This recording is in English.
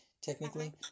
technically